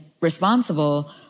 responsible